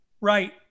Right